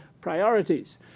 priorities